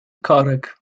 korek